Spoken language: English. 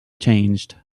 changed